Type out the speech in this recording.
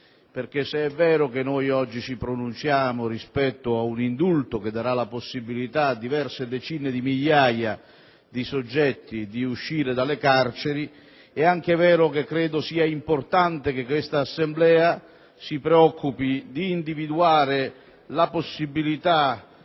È infatti vero che noi oggi ci pronunciamo rispetto ad un indulto che dà la possibilità a decine di migliaia di persone di uscire dalle carceri, ma è anche vero che è importante che questa Assemblea si preoccupi di individuare la possibilità